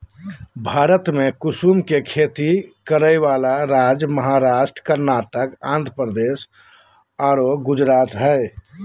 भारत में कुसुम के खेती करै वाला राज्य महाराष्ट्र, कर्नाटक, आँध्रप्रदेश आरो गुजरात हई